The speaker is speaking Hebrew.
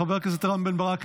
חבר הכנסת רם בן ברק,